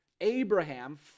Abraham